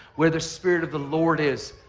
where the spirit of the lord is,